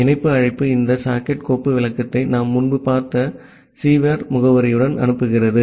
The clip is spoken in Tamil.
ஆகவே இணைப்பு அழைப்பு இந்த சாக்கெட் கோப்பு விளக்கத்தை நாம் முன்பு பார்த்த சர்வர் முகவரியுடன் அனுப்புகிறது